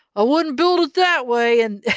wouldn't build it that way, and